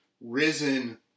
risen